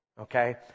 Okay